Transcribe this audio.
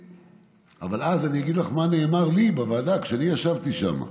אני אגיד לך מה נאמר לי בוועדה כשאני ישבתי שם.